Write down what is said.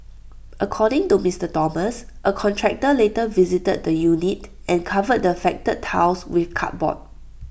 according to Mister Thomas A contractor later visited the unit and covered the affected tiles with cardboard